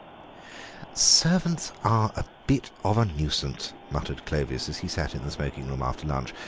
servants are a bit of a nuisance, muttered clovis, as he sat in the smoking-room after lunch,